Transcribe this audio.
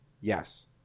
Yes